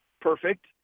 perfect